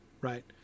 right